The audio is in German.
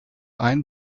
ein